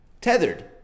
Tethered